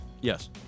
Yes